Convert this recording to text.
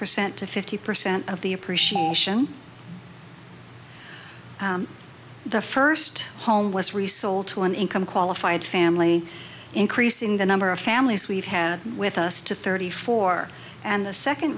percent to fifty percent of the appreciation the first home was resold to an income qualified family increasing the number of families we've had with us to thirty four and the second